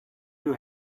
you